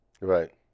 Right